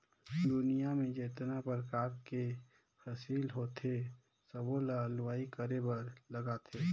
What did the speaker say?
दुनियां में जेतना परकार के फसिल होथे सबो ल लूवाई करे बर लागथे